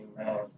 amen